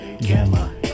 gamma